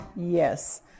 Yes